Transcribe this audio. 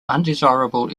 undesirable